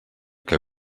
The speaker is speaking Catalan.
que